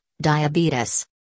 diabetes